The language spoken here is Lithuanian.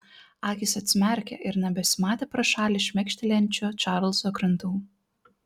akys atsimerkė ir nebesimatė pro šalį šmėkštelinčių čarlzo krantų